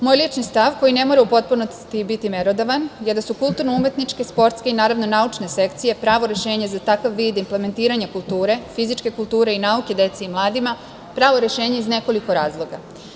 Moj lični stav, koji ne mora u potpunosti biti merodavan, je da su kulturno-umetničke, sportske i, naravno, naučne sekcije pravo rešenje za takav vid impelementiranja kulture, fizičke kulture i nauke deci i malima pravo rešenje iz nekoliko razloga.